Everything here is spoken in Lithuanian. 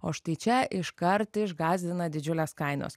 o štai čia iškart išgąsdina didžiulės kainos